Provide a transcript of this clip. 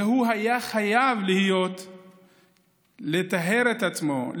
והוא היה חייב לטהר את עצמו,